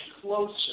closer